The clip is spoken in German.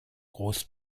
groß